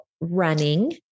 running